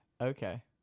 Okay